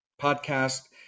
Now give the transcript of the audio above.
podcast